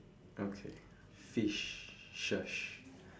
okay fishes